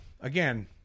again